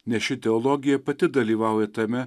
nes ši teologija pati dalyvauja tame